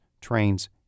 trains